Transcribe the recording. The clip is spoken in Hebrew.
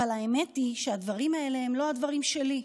אבל האמת היא שהדברים האלה הם לא הדברים שלי,